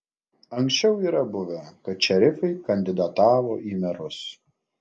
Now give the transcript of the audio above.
anksčiau yra buvę kad šerifai kandidatavo į merus